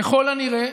ככל הנראה,